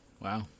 Wow